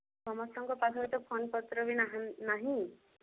ସମସ୍ତଙ୍କ ପାଖରେ ତ ଫୋନ ପତ୍ର ବି ନାହାଁ ନାହିଁ